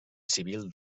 civil